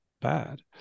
bad